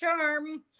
charm